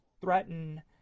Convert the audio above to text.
threaten